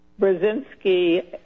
Brzezinski